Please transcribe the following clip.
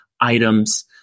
items